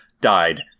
died